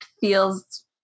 feels